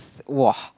!wah!